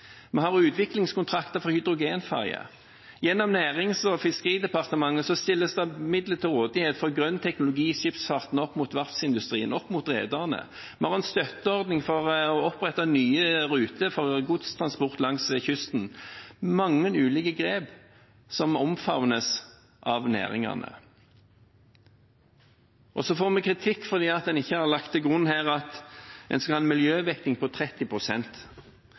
Vi har utviklingskontrakter for hydrogenferger. Gjennom Nærings- og fiskeridepartementet stilles det til rådighet midler til grønn teknologi i skipsfarten opp mot verftsindustrien og rederne. Vi har en støtteordning for å opprette nye ruter for godstransport langs kysten. Det er mange ulike grep, som omfavnes av næringene. Vi får kritikk for ikke å ha lagt til grunn at en skal ha en miljøvekting på